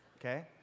Okay